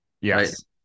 Yes